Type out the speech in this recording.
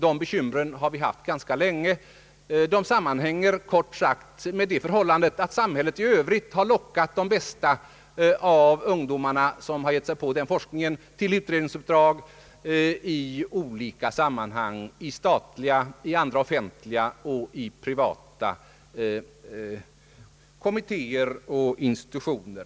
Vi har haft det problemet ganska länge, och det sammanhänger kort och gott med att samhället i övrigt har lockat de bästa av de ungdomar som har givit sig på sådan forskning till utredningsuppdrag i statliga, andra offentliga samt i privata kommittéer och institutioner.